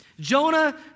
Jonah